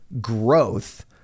growth